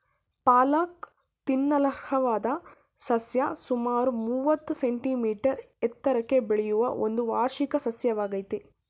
ಪಾಲಕ್ ತಿನ್ನಲರ್ಹವಾದ ಸಸ್ಯ ಸುಮಾರು ಮೂವತ್ತು ಸೆಂಟಿಮೀಟರ್ ಎತ್ತರಕ್ಕೆ ಬೆಳೆಯುವ ಒಂದು ವಾರ್ಷಿಕ ಸಸ್ಯವಾಗಯ್ತೆ